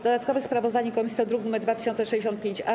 Dodatkowe sprawozdanie komisji to druk nr 2065-A.